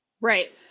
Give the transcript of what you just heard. Right